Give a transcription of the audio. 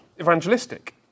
evangelistic